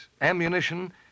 Ammunition